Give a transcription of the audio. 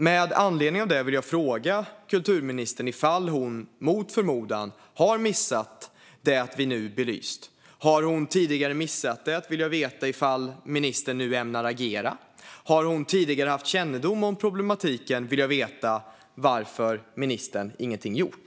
Med anledning av detta vill jag fråga kulturministern om hon mot förmodan har missat det som vi nu har belyst. Har hon tidigare missat det vill jag veta om ministern nu ämnar agera. Har hon tidigare haft kännedom om problematiken vill jag veta varför ministern ingenting gjort.